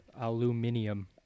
Aluminium